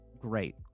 great